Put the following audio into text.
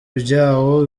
byawo